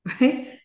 right